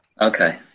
Okay